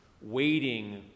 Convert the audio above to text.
waiting